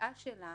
שהפגיעה שלה